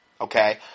Okay